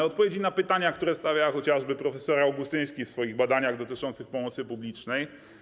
Odpowiedzi na pytania, które stawia chociażby prof. Augustyński w swoich badaniach dotyczących pomocy publicznej.